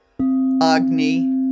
Agni